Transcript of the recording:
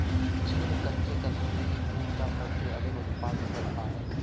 चीन कच्चे कश्मीरी ऊन का सबसे अधिक उत्पादन करता है